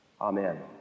Amen